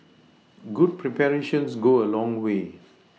good preparations go a long way